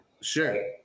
sure